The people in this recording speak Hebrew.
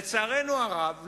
לצערנו הרב,